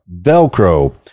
Velcro